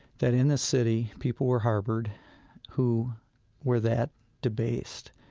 that in a city, people were harbored who were that debased.